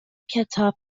کتاب